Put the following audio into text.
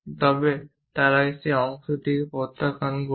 তবে তারা সেই অংশটিকে প্রত্যাখ্যান করবে